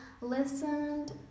listened